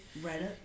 Reddit